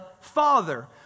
Father